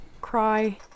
cry